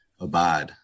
Abide